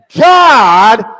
God